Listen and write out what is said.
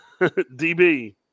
DB